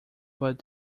but